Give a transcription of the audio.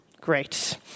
great